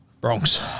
Bronx